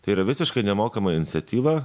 tai yra visiškai nemokama iniciatyva